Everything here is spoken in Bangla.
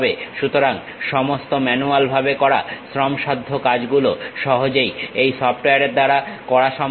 সুতরাং সমস্ত ম্যানুয়াল ভাবে করা শ্রমসাধ্য কাজগুলো সহজেই এই সফটওয়্যারের দ্বারা করা সম্ভব